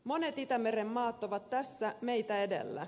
monet itämeren maat ovat tässä meitä edellä